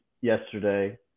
yesterday